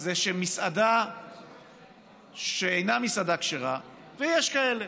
זה כשמסעדה שאינה מסעדה כשרה, ויש כאלה,